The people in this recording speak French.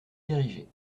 dirigé